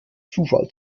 zufall